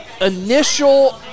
initial